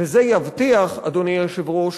וזה יבטיח, אדוני היושב-ראש,